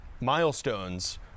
milestones